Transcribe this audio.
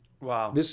Wow